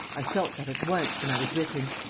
i felt that at once, when i was with him.